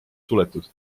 suletud